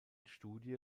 studie